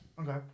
Okay